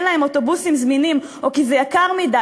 להם אוטובוסים זמינים או כי זה יקר מדי,